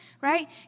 right